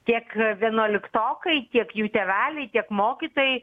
tiek vienuoliktokai tiek jų tėveliai tiek mokytojai